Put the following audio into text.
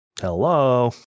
Hello